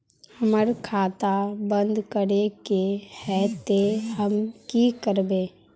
हमर खाता बंद करे के है ते हम की करबे?